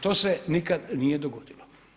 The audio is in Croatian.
To se nikad nije dogodilo.